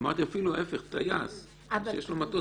אמרתי אפילו ההיפך: טייס שיש לו מטוס